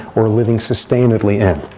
or living sustainedly in.